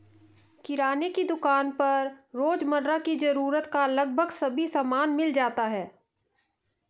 किराने की दुकान पर रोजमर्रा की जरूरत का लगभग सभी सामान मिल जाता है